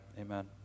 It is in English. amen